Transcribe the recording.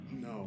No